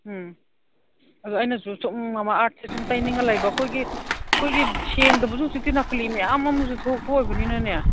ꯎꯝ ꯑꯗꯨ ꯑꯩꯅꯁꯨ ꯀꯩꯁꯨꯝ ꯇꯩꯅꯤꯡꯉꯥꯏ ꯂꯩꯕ ꯑꯩꯈꯣꯏꯒꯤ ꯑꯩꯈꯣꯏꯒꯤ ꯁꯦꯡꯗꯕꯗꯨ ꯍꯧꯖꯤꯛꯇꯤ ꯅꯀꯂꯤ ꯃꯌꯥꯝ ꯑꯃꯁꯨ ꯊꯣꯛꯄꯁꯨ ꯑꯣꯏꯕꯅꯤꯅꯅꯦ